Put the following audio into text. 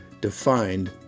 defined